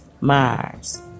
Mars